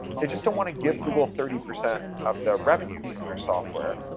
they just don't want to give google thirty percent of their revenue from their software.